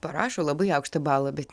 parašo labai aukštą balą bet